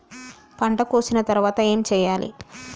పంట కోసిన తర్వాత ఏం చెయ్యాలి?